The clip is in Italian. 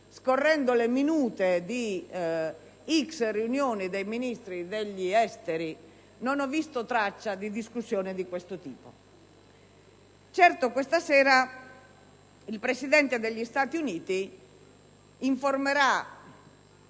scorrendo le minute di tante riunioni dei Ministri degli esteri, non ho visto traccia di discussioni del genere. Certo, questa sera il Presidente degli Stati Uniti informerà